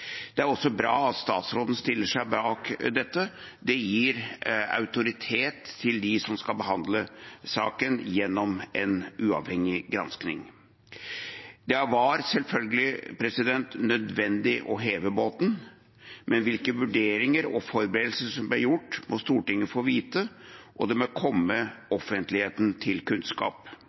Det er også bra at statsråden stiller seg bak dette. Det gir autoritet til dem som skal behandle saken gjennom en uavhengig granskning. Det var selvfølgelig nødvendig å heve båten. Men hvilke vurderinger og forberedelser som ble gjort, må Stortinget få vite, og det må komme offentligheten til kunnskap.